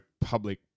public